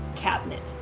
cabinet